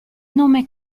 nome